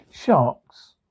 Sharks